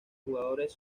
jugadores